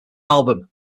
album